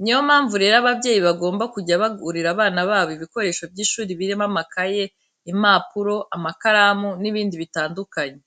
Ni yo mpamvu rero ababyeyi bagomba kujya bagurira abana babo ibikoresho by'ishuri birimo amakayi, impapuro, amakaramu n'ibindi bitandukanye.